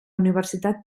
universitat